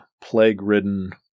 plague-ridden